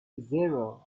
zero